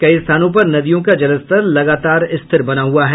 कई स्थानों पर नदियों का जलस्तर लगातार स्थिर बना हुआ है